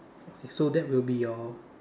okay so that would be your